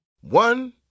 One